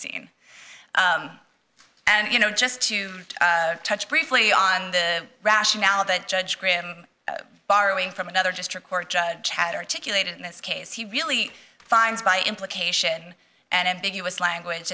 seen and you know just to touch briefly on the rationale that judge graham borrowing from another district court judge had articulated in this case he really finds by implication and ambiguous language